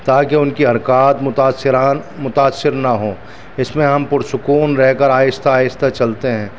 تاکہ ان کی حرکات متاثران متاثر نہ ہوں اس میں ہم پرسکون رہ کر آہستہ آہستہ چلتے ہیں